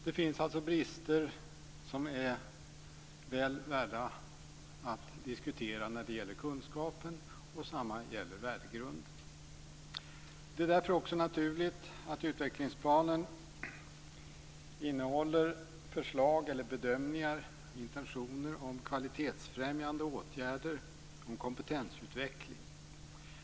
Det finns alltså brister som är väl värda att diskutera när det gäller kunskaper och värdegrunden. Det är därför också naturligt att utvecklingsplanen innehåller förslag eller bedömningar och intentioner om kvalitetsfrämjande åtgärder och om kompetensutveckling.